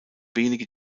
wenige